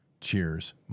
Cheers